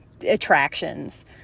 attractions